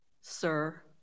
Sir